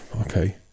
okay